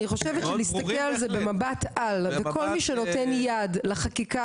אני חושבת שלהסתכל על זה במבט על וכל מי שנותן יד לחקיקה